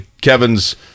Kevin's